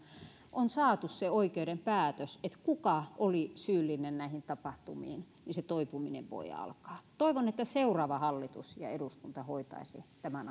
on saatu oikeuden päätös siitä kuka oli syyllinen näihin tapahtumiin se toipuminen voi alkaa toivon että seuraava hallitus ja eduskunta hoitaisi tämän